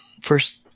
first